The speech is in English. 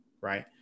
right